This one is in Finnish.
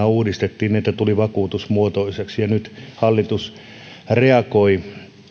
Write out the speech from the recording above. uudistettiin niin että se tuli vakuutusmuotoiseksi ja nyt hallitus reagoi niin